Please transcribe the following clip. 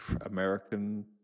american